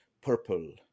purple